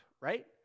right